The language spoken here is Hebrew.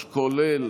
כולל,